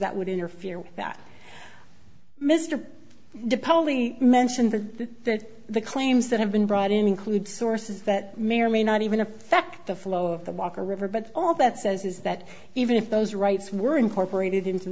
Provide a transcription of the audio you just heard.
that would interfere with that mr dipali mentioned the that the claims that have been brought in include sources that may or may not even affect the flow of the walker river but all that says is that even if those rights were incorporated into